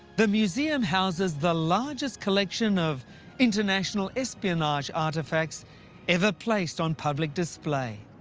the museum houses the largest collection of international espionage artefacts ever placed on public display.